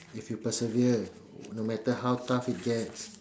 if you persevere no matter how tough it gets